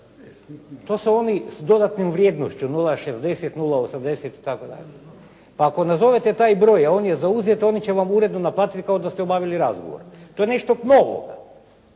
To su oni sa dodatnom vrijednošću 060, 080 itd. Pa ako nazovete taj broj, a on je zauzet oni će vam uredno naplatiti kao da ste obavili razgovor. To je nešto novo.